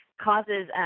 causes